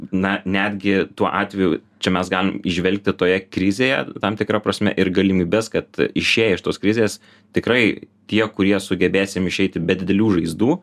na netgi tuo atveju čia mes galim įžvelgti toje krizėje tam tikra prasme ir galimybes kad išėję iš tos krizės tikrai tie kurie sugebėsim išeiti be didelių žaizdų